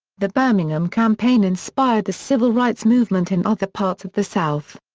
the birmingham campaign inspired the civil rights movement in other parts of the south.